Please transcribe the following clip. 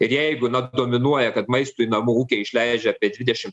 ir jeigu na dominuoja kad maistui namų ūkiai išleidžia apie dvidešim